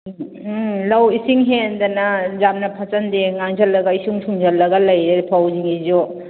ꯎꯝ ꯂꯧ ꯏꯁꯤꯡ ꯍꯦꯟꯗꯅ ꯌꯥꯝꯅ ꯐꯠꯆꯟꯗꯦ ꯉꯥꯡꯖꯜꯂꯒ ꯏꯁꯨꯡ ꯁꯨꯡꯖꯜꯂꯒ ꯂꯩꯌꯦ ꯐꯧꯁꯤꯡꯁꯤꯁꯨ